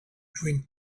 dream